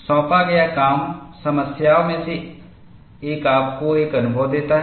सौंपा गया काम समस्याओं में से एक आपको यह अनुभव देता है